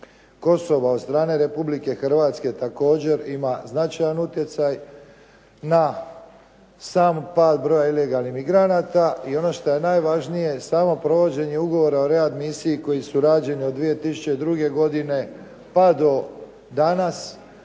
Kosova od strane Republike Hrvatske također ima značajan utjecaj na sam pad broja ilegalnih migranata. I ono što je najvažnije, samo provođenje ugovora o readmisiji koji su rađeni od 2002. pa do danas.